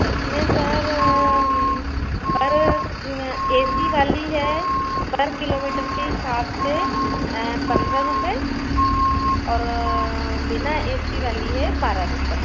इसमें सर पर ऐसी वाली है पर किलोमीटर के हिसाब से पंद्रह रुपये और बिना ए सी वाली है बारह रुपये